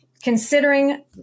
considering